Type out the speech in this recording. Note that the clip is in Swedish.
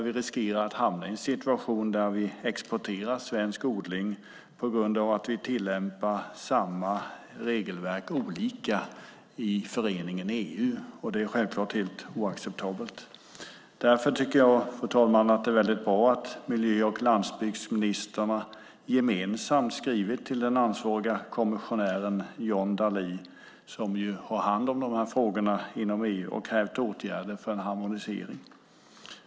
Vi riskerar att hamna i en situation där vi exporterar svensk odling på grund av att vi tillämpar samma regelverk olika i föreningen EU, och det är självklart helt oacceptabelt. Därför tycker jag, fru talman, att det är väldigt bra att miljö och landsbygdsministrarna gemensamt skrivit till kommissionären John Dalli, som har ansvar för de här frågorna inom EU, och krävt åtgärder för en harmonisering.